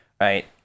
right